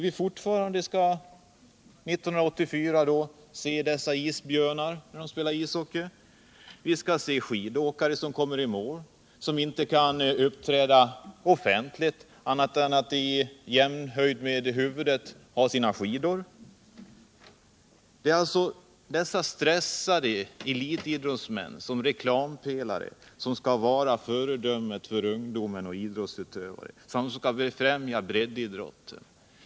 Vi kommer 1984 att få se ”isbjörnar” spela ishockey, vi kommer att få se skidåkare som efter det att de har kommit i mål inte kan uppträda offentligt utan att ha sina skidor i jämnhöjd med huvudet. De är alltså dessa stressade elitidrotusmän och reklampelare som skall vara föredömen för ungdom och idrottsutövare, som skall främja breddidrott.